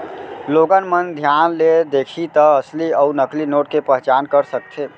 लोगन मन धियान ले देखही त असली अउ नकली नोट के पहचान कर सकथे